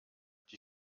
die